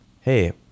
Hey